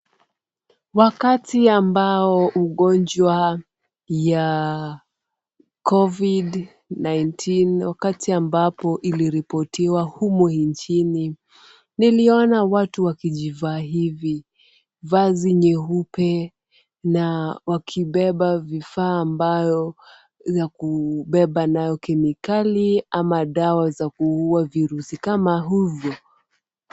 Wakati ambao ugonjwa ya covid-19, wakati ambapo iliripotiwa humu nchini, niliona watu wakijivaa hivi. Vazi nyeupe na wakibeba vifaa ambayo ya kubeba nayo kemikali ama dawa za kuua virusi kama hivyo.